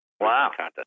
Wow